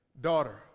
Daughter